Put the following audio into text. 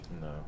No